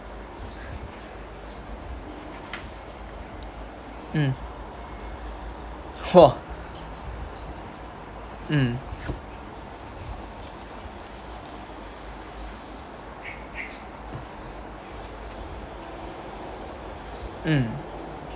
mm !wah! mm mm